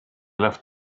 left